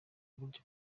burya